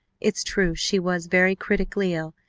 it's true she was very critically ill,